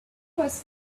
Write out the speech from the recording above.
was